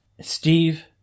Steve